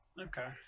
Okay